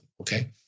okay